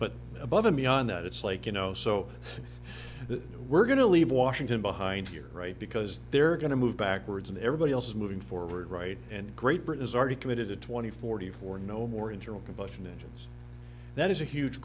but above and beyond that it's like you know so that we're going to leave washington behind here right because they're going to move backwards and everybody else moving forward right and great britain's already committed to twenty forty four no more interim combustion engines that is a huge